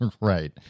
Right